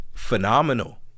phenomenal